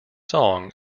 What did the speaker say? song